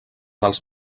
dels